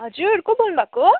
हजुर को बोल्नु भएको